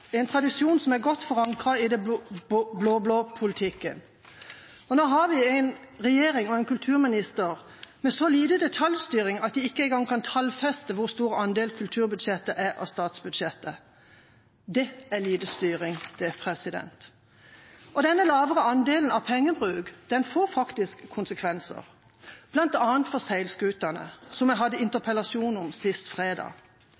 en tradisjon som er godt forankret i den blå-blå politikken. Nå har vi en regjering og en kulturminister med så lite detaljstyring at de ikke engang kan tallfeste hvor stor andel kulturbudsjettet er av statsbudsjettet. Det er lite styring, det. Denne lavere andelen av pengebruk får faktisk konsekvenser, bl.a. for seilskutene, som jeg hadde en interpellasjon om sist fredag.